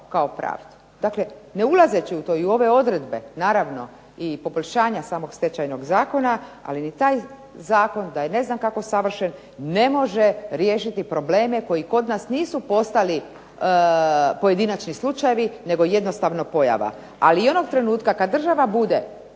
kao pravdu. Dakle ne ulazeći u to i ove odredbe, naravno i poboljšanja samog Stečajnog zakona, ali ni taj zakon da je ne znam kako savršen ne može riješiti probleme koji kod nas nisu postali pojedinačni slučajevi, nego jednostavno pojava. Ali onog trenutka kad država bude